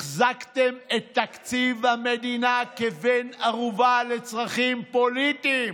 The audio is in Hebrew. החזקתם את תקציב המדינה כבן ערובה לצרכים פוליטיים,